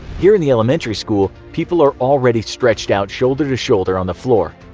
here in the elementary school, people are already stretched out shoulder-to-shoulder on the floor.